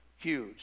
Huge